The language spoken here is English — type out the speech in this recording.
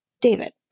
David